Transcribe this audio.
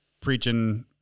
preaching –